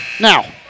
now